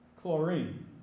chlorine